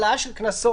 העלאה של קנסות,